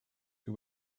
who